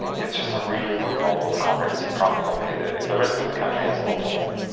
it's just a really good model of comprehensive primary healthcare. the rest of the country has a lot to learn.